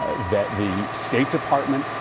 ah that the state department,